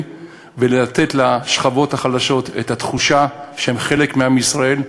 ולתת לשכבות החלשות את התחושה שהם חלק מעם ישראל,